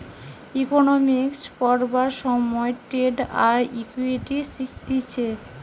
economics পড়বার সময় debt আর ইকুইটি শিখতিছে